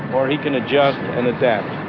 or he can adjust and adapt.